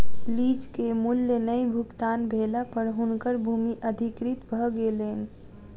lease के मूल्य नै भुगतान भेला पर हुनकर भूमि अधिकृत भ गेलैन